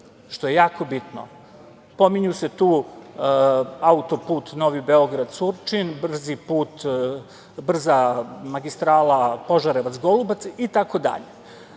što je jako bitno. Pominju se tu autoput Novi Beograd-Surčin, brza magistrala Požarevac-Golubac itd. Kad se